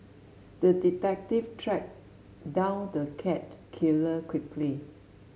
the detective tracked down the cat killer quickly